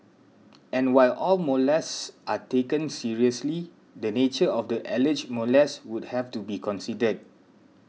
and while all molests are taken seriously the nature of the alleged molest would have to be considered